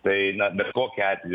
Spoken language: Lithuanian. tai na bet kokiu atveju